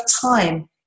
time